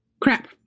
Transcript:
crap